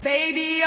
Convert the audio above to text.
Baby